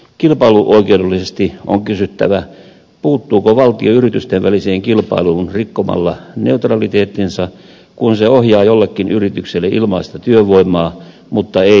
kilpailuoikeudellisesti on kysyttävä puuttuuko valtio yritysten väliseen kilpailuun rikkomalla neutraliteettinsa kun se ohjaa jollekin yritykselle ilmaista työvoimaa mutta ei kaikille